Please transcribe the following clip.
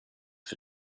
for